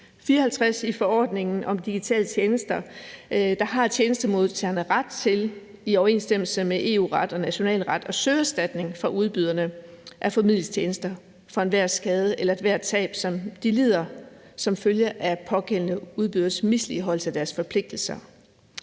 54 i forordningen om digitale tjenester, at tjenestemodtagerne har ret til i overensstemmelse med EU-ret og national ret at søge erstatning fra udbyderne af formidlingstjenester for enhver skade eller ethvert tab, som de lider som følge af pågældende udbyders misligholdelse af sine forpligtelser.